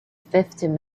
fifteen